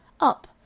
Up